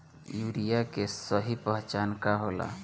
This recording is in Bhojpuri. यूरिया के सही पहचान का होला?